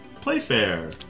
Playfair